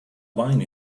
wine